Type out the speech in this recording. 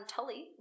Tully